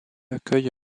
accueille